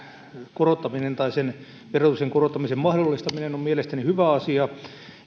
korottaminen tai sen verotuksen korottamisen mahdollistaminen on mielestäni hyvä asia